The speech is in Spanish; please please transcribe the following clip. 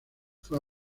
fue